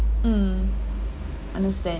mm understand